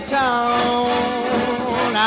town